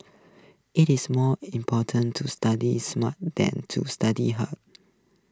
IT is more important to study smart than to study hard